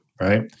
right